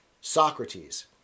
Socrates